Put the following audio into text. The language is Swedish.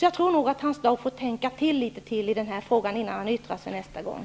Jag tror att Hans Dau får tänka till litet mer i frågan innan han yttrar sig nästa gång.